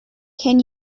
can